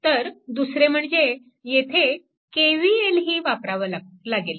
तर दुसरे म्हणजे येथे KVL ही वापरावा लागेल